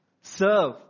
serve